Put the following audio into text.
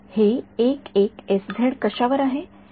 हे कशावर आहे